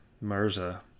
Mirza